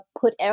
put